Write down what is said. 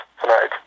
tonight